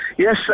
Yes